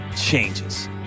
changes